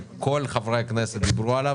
וכל חברי הכנסת דיברו עליו,